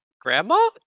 grandma